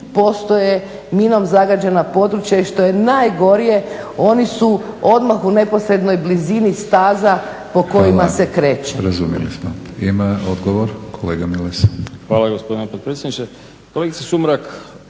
postoje minom zagađena područja i što je najgore oni su odmah u neposrednoj blizini staza po kojima se kreće. **Batinić, Milorad (HNS)** Hvala. Razumjeli smo. Imamo odgovor, kolega Milas. **Milas, Zvonko (HDZ)** Hvala gospodine potpredsjedniče. Kolegice Sumrak,